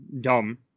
dumb